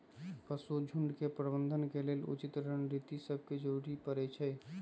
पशु झुण्ड के प्रबंधन के लेल उचित रणनीति सभके जरूरी परै छइ